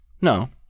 No